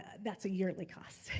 that's a yearly cost.